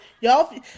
Y'all